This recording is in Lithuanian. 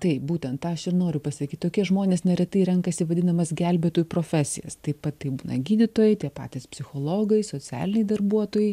taip būtent tą aš ir noriu pasakyt tokie žmonės neretai renkasi vadinamas gelbėtojų profesijas taip pat tai būna gydytojai tie patys psichologai socialiniai darbuotojai